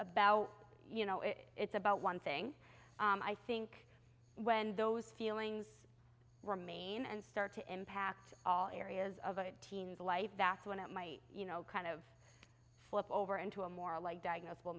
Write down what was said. about you know it's about one thing i think when those feelings remain and start to impact all areas of a teen's life that's when it might you know kind of flip over into a more like diagnos